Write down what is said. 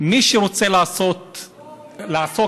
מי שרוצה לעסוק בתרבות,